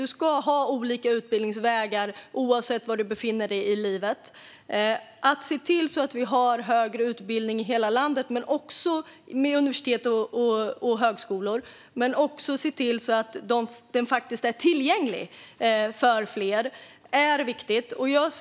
Du ska ha olika utbildningsvägar, oavsett var du befinner dig i livet. Att se till att vi har högre utbildning på universitet och högskolor i hela landet, men också att den faktiskt är tillgänglig för fler, är viktigt.